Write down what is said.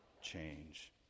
change